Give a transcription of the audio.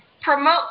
promote